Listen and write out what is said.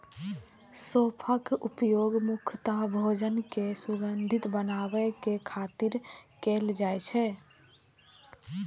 सौंफक उपयोग मुख्यतः भोजन कें सुगंधित बनाबै खातिर कैल जाइ छै